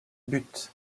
buts